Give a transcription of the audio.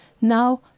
Now